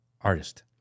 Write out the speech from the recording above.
artist